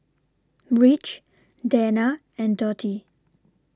Rich Dena and Dotty